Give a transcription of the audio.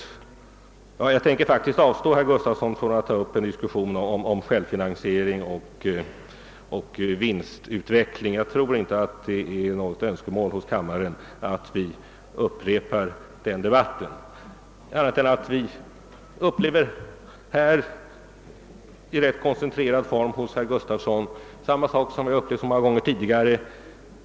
Jag tänker faktiskt avstå, herr Gustafson i Göteborg, från att ta upp en diskussion om självfinansiering och vinstutveckling; jag tror inte att det är något önskemål hos kammaren att vi upprepar den debatten. Vi upplever nu hos herr Gustafson i Göteborg i rätt koncentrerad form samma uppträdande som många gånger tidigare.